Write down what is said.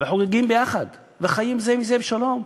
וחוגגים יחד וחיים זה עם זה בשלום.